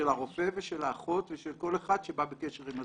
הרופא ושל האחות ושל כל אחד שבא בקשר עם הזקן.